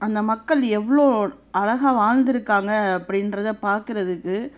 அந்த மக்கள் எவ்வளோ அழகா வாழ்ந்துருக்காங்க அப்படின்றத பார்க்குறதுக்கு